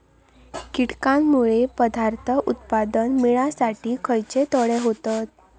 कीटकांनमुळे पदार्थ उत्पादन मिळासाठी खयचे तोटे होतत?